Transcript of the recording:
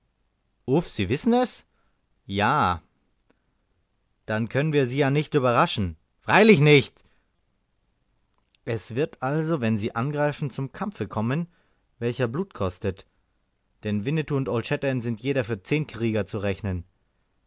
sie wissen es ja dann können wir sie ja nicht überraschen freilich nicht es wird also wenn wir sie angreifen zum kampfe kommen welcher blut kostet denn winnetou und old shatterhand sind jeder für zehn krieger zu rechnen